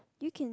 you can